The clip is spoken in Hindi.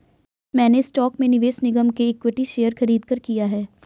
मैंने स्टॉक में निवेश निगम के इक्विटी शेयर खरीदकर किया है